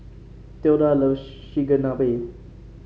Tilda love Chigenabe